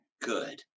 good